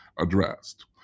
addressed